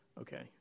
Okay